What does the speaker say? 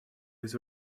his